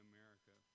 America